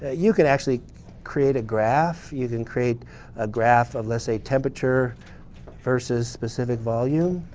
ah you could actually create a graph. you can create a graph of, let's say, temperature versus specific volume